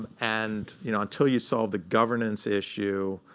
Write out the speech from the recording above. and you know until you solve the governance issue,